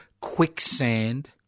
quicksand